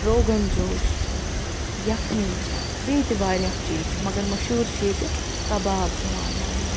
روگنجوش چھُ یَکھٕنۍ چھِ بیٚیہِ تہِ وارِیاہ چیٖز چھِ مگر مشہوٗر چھِ ییٚتہِ کباب یِوان ماننہٕ